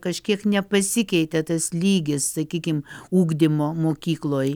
kažkiek nepasikeitė tas lygis sakykim ugdymo mokykloj